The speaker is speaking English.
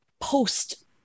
post